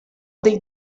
dei